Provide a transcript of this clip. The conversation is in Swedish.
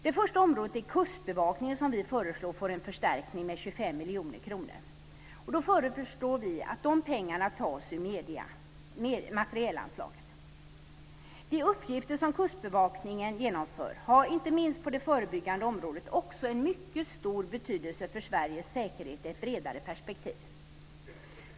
Det första området är Kustbevakningen som vi föreslår får en förstärkning med 25 miljoner kr. Vi föreslår att pengarna tas ur materielanslaget. De uppgifter som Kustbevakningen genomför har inte minst på det förebyggande området också en mycket stor betydelse för Sveriges säkerhet i ett bredare perspektiv.